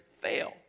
fail